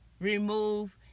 remove